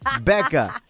Becca